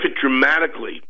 dramatically